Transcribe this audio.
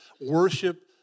worship